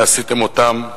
ועשיתם אתם,